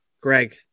Greg